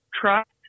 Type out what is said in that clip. trust